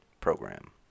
Program